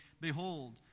Behold